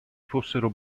fossero